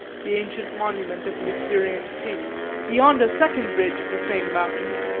the ancient monument of the assyrian kings. beyond a second ridge of the same mountains,